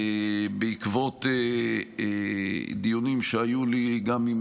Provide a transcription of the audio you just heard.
בעקבות דיונים שהיו לי גם עם